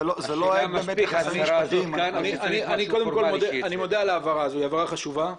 אני מודה על ההבהרה החשובה הזאת.